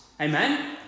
Amen